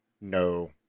No